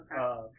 Okay